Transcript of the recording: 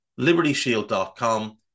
libertyshield.com